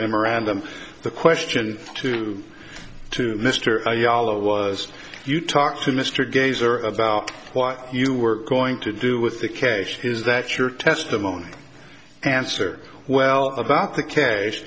memorandum the question to to mr ayalon was you talked to mr gaiser about what you were going to do with the case is that your testimony answered well about the cas